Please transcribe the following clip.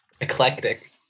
Eclectic